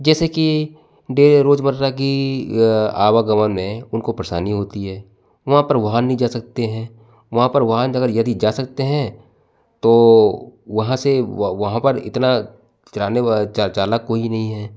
जैसे की डे रोजमर्रा की आवागमन में उनको परेशानी होती है वहाँ पर वाहन नहीं जा सकते हैं वहाँ पर वाहन अगर यदि जा सकते हैं तो वहाँ से वहाँ पर इतना चलाने व चालाक कोई नहीं है